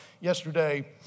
yesterday